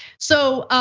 so